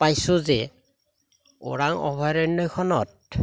পাইছোঁ যে ওৰাং অভয়াৰণ্যখনত